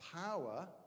power